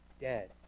Dead